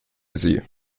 sie